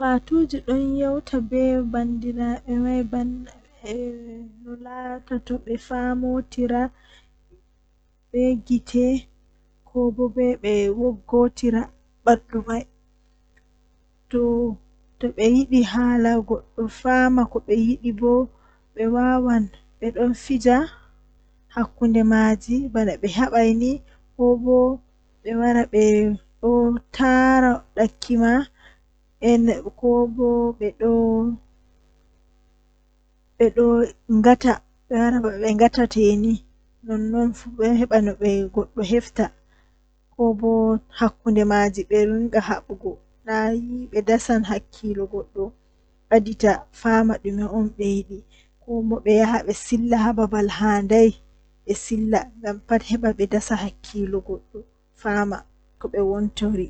Eh mi tokkan hilnaago himɓe on mi yecca be nda ko fe'ata jango miviyaɓe huunde niinini ɗo wawan fe'a jango eh wawan bo mi tefira ceede be man ngam mi arti mi andi ko fe'ata jango, Hilnan ɓe masin.